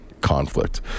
conflict